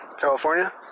California